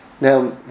Now